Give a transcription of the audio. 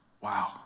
Wow